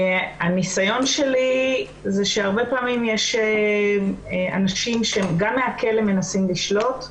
הניסיון שלי הוא שהרבה פעמים יש אנשים שגם מהכלא מנסים לשלוט,